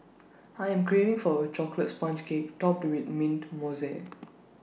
I am craving for A Chocolate Sponge Cake Topped with Mint Mousse